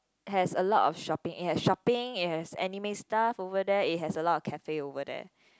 has a lot of shopping it has shopping it has anime stuff over there it has a lot of cafe over there